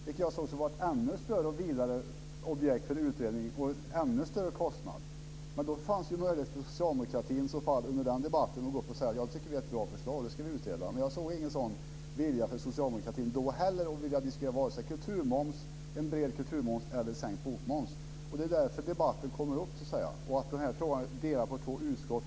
Det skulle då bli ett ännu större och vidare objekt för utredning och en ännu större kostnad. Men det fanns möjligheter för er inom socialdemokratin att under den debatten gå upp och säga: Jag tycker att detta är ett bra förslag, och vi ska utreda det. Men jag såg ingen vilja från socialdemokratin då heller att diskutera vare sig en bred kulturmoms eller en sänkt bokmoms. Därför kommer debatten upp igen. Det underlättar inte heller att frågan är delad på två utskott.